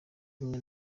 rumwe